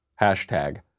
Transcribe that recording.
Hashtag